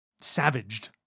savaged